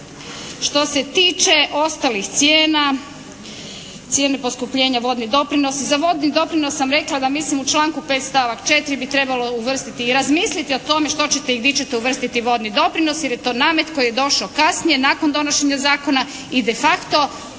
Što se tiče ostalih cijena, cijene poskupljenja vodnih doprinosa. Za vodni doprinos sam rekla da mislim u članku 5. stavak 4. bi trebalo uvrstiti i razmisliti o tome što ćete i gdje ćete uvrstiti vodni doprinos jer je to namet koji je došao kasnije nakon donošenja zakona i de facto ugrožava